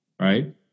right